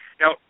Now